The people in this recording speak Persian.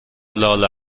لال